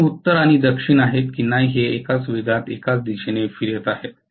दोन्ही उत्तर आणि दक्षिण हे एकाच वेगात एकाच दिशेने फिरत आहेत